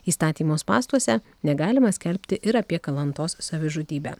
įstatymo spąstuose negalima skelbti ir apie kalantos savižudybę